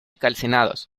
calcinados